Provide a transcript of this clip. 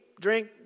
drink